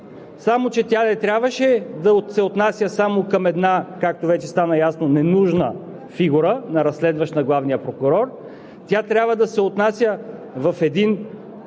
Само че не трябваше да се отнася само към една, както вече стана ясно, ненужна фигура на разследващ на главния прокурор. Тя трябва да се отнася в един